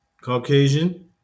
Caucasian